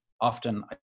often